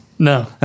No